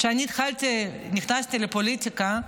כשאני התחלתי, נכנסתי לפוליטיקה,